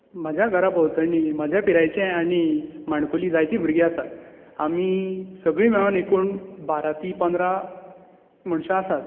म्हज्या घरा भोंवतणी म्हज्या पिरायेचे आनी माणकुलीं जायती भुरगीं आसात आमी सगळी मेळोन एकूण बारा ती पंदरा मनशां आसात